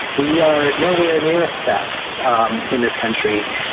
we are nowhere near that um in this country,